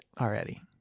already